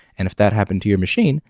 and if that happened to your machine,